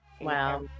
Wow